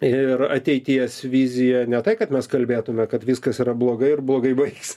ir ateities vizija ne tai kad mes kalbėtume kad viskas yra blogai ir blogai baigs